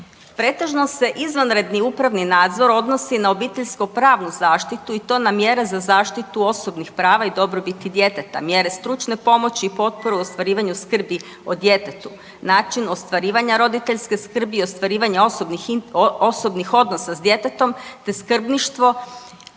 Pretežno se izvanredni upravni nadzor odnosi na obiteljsko pravnu zaštitu i to na mjere za zaštitu osobnih prava i dobrobiti djeteta. Mjere stručne pomoći i potporu u ostvarivanju skrbi o djetetu, načinu ostvarivanja roditeljske skrbi i ostvarivanja osobnih odnosa s djetetom te skrbništvo